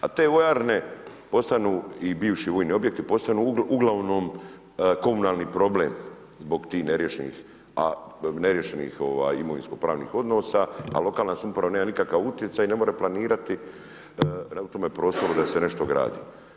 A te vojarne postanu i bivši vojni objekti postanu uglavnom komunalni problem zbog tih neriješenih imovinsko-pravnih odnosa, a lokalna samouprava nema nikakav utjecaj i ne može planirati u tome prostoru da se nešto gradi.